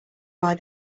why